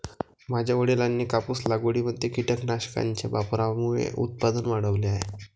माझ्या वडिलांनी कापूस लागवडीमध्ये कीटकनाशकांच्या वापरामुळे उत्पादन वाढवले आहे